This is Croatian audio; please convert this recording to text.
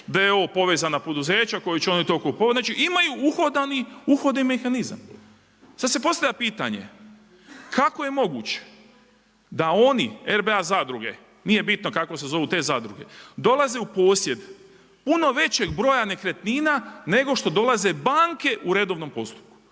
svoje d.o.o. povezana poduzeća koja će oni to kupovati, znači imaju uhodani mehanizam. Sad se postavlja pitanje kako je moguće da on RBA zadruge, nije bitno kako se zovu te zadruge, dolaze u posjed puno većeg broja nekretnina nego što dolaze banke u redovnom postupku?